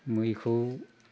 मैखौ